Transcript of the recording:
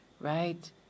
right